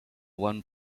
one